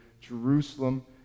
Jerusalem